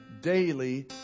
daily